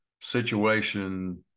situation